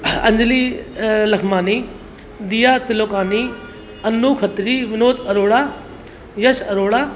Anjali Lakhmani Diya Tilokani Anu Khatri Vinod Arora Yash Arora